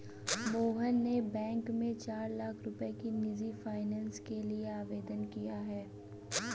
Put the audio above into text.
मोहन ने बैंक में चार लाख रुपए की निजी फ़ाइनेंस के लिए आवेदन किया है